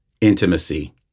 intimacy